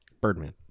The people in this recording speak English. Birdman